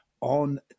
on